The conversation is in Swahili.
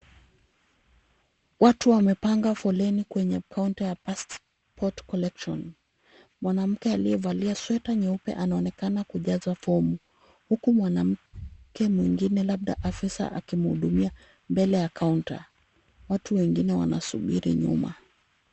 Watu wamepanga foleni kwenye kaunta ya passport collection . Mwanamke aliyevalia sweta nyeupe anaonekana kujaza fomu, huku mwanamke mwingine labda afisa akimhudumia mbele ya kaunta. Watu wengine wanasubiri nyuma.